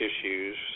issues